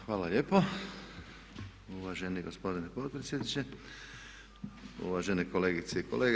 Hvala lijepo uvaženi gospodine potpredsjedniče, uvažene kolegice i kolege.